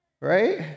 right